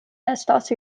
estas